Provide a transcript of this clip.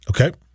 Okay